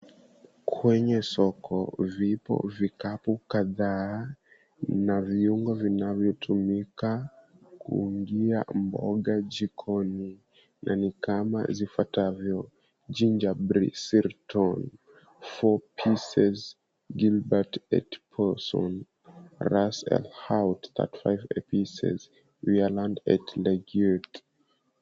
Kwenye soko vipo vikapu kadhaa na viungo vinavyotumika kuungia mboga jikoni na ni kama vifuatavyo; Gingembre citron, 4 pieces Grillad et Poisson, Ras El Hanaout 35 Epices Viand Et Legume .